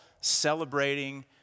celebrating